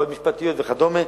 בעיות משפטיות וכדומה,